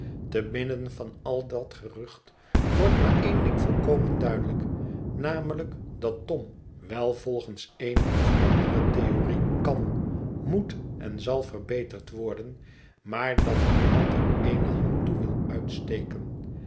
te midden van al dat gerucht wordt maar één ding volkomen duidelijk namelijk dat tom wel volgens eene of andere theorie kan moet en zal verbeterd worden maar dat niemand er eene hand toe wil uitsteken